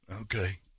Okay